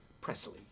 Presley